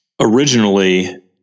originally